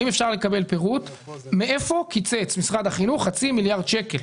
האם אפשר לקבל פירוט מאיפה קיצץ משרד החינוך חצי מיליארד שקלים?